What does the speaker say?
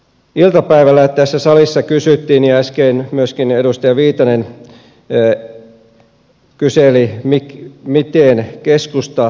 iltapäivällä tässä salissa kysyttiin ja äsken myöskin edustaja viitanen kyseli miten keskusta suhtautuu kriisiin